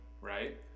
right